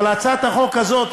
אבל הצעת החוק הזאת,